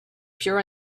pure